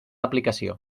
aplicació